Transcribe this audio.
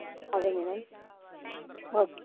అదే madam okay